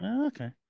okay